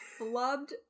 flubbed